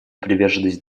приверженность